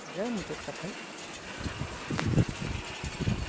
ᱱᱤᱭᱟᱹ ᱜᱮ ᱢᱩᱪᱟᱹᱫ ᱠᱟᱛᱷᱟᱧ ᱞᱟᱹᱭᱮᱫᱟ